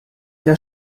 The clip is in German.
der